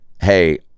hey